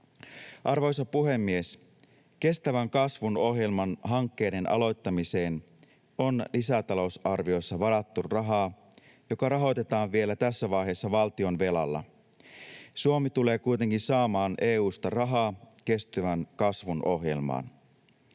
Arvoisa puhemies! Kestävän kasvun ohjelman hankkeiden aloittamiseen on lisätalousarviossa varattu rahaa, joka rahoitetaan vielä tässä vaiheessa valtion velalla. Suomi tulee kuitenkin saamaan EU:sta rahaa kestävän kasvun ohjelmaan.